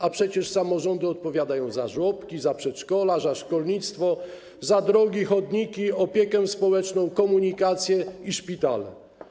A przecież samorządy odpowiadają za żłobki, za przedszkola, za szkolnictwo, za drogi, chodniki, opiekę społeczną, komunikację i szpitale.